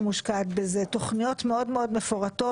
תכניות מאוד-מאוד מפורטות.